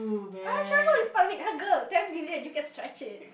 I'll travel it's part of it ah girl it's ten million you can stretch it